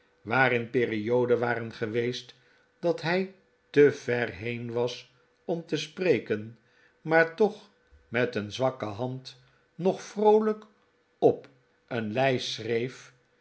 waarin perioden waren geweest dat hij te ver heen was om te spreken maar toch met een zwakke hand nog vroolijk op een lei schreef